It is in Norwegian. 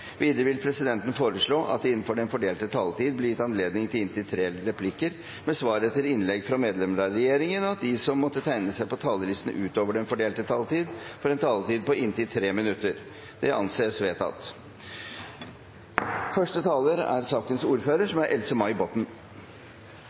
Videre vil presidenten foreslå at det – innenfor den fordelte taletid – blir gitt anledning til inntil seks replikker med svar etter innlegg fra medlemmer av regjeringen, og at de som måtte tegne seg på talerlisten utover den fordelte taletid, får en taletid på inntil 3 minutter. Det anses vedtatt.